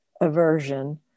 aversion